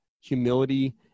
humility